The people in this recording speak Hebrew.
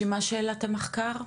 ומה שאלת המחקר?